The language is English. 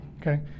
okay